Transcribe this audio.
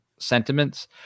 sentiments